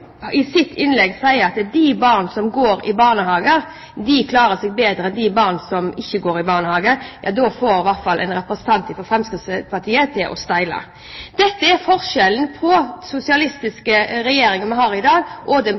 i sitt innlegg sier at de barna som går i barnehager, klarer seg bedre enn de barna som ikke går i barnehage, får det i hvert fall en representant fra Fremskrittspartiet til å steile. Dette er forskjellen mellom den sosialistiske regjeringen vi har i dag, og den